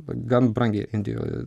gan brangiai indijoj